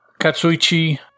Katsuichi